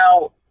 Now